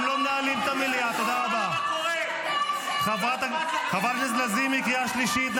חבר הכנסת דוידסון, קריאה שלישית.